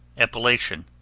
epilation